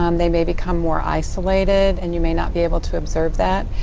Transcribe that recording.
um they may become more isolated and you may not be able to absorb that.